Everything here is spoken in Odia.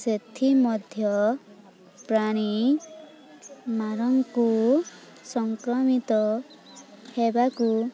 ସେଥିମଧ୍ୟ ପ୍ରାଣୀ ମାନଙ୍କୁ ସଂକ୍ରମିତ ହେବାକୁ